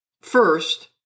First